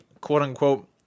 quote-unquote